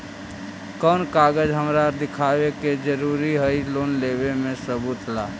कौन कागज हमरा दिखावे के जरूरी हई लोन लेवे में सबूत ला?